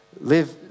live